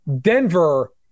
Denver